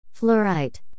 Fluorite